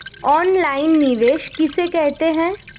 Online निवेश किसे कहते हैं?